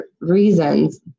reasons